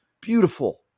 beautiful